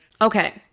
okay